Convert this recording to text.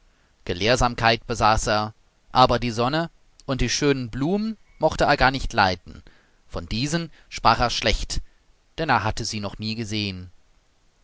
gelehrsamkeit besaß er aber die sonne und die schönen blumen mochte er gar nicht leiden von diesen sprach er schlecht denn er hatte sie noch nie gesehen